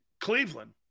Cleveland